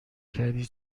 کردی